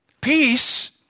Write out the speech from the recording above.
Peace